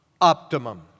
Optimum